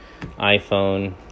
iPhone